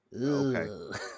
okay